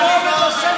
תרשום אותם.